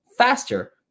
faster